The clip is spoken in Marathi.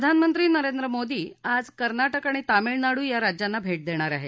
प्रधानमंत्री नरेंद्र मोदी आज कर्नाटक आणि तामिळनाडू या राज्यांना भेट देणार आहेत